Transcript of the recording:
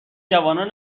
جوانان